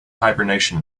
hibernation